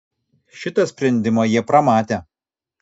šitą sprendimą jie pramatė